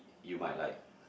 you might like